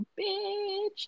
Bitch